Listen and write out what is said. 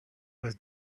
was